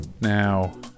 Now